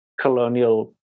colonial